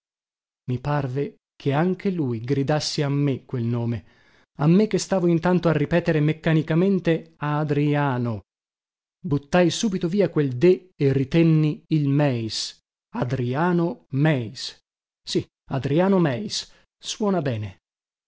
i parve che anche lui gridasse a me quel nome a me che stavo intanto a ripetere meccanicamente adriano buttai subito via quel de e ritenni il meis adriano meis sì adriano meis suona bene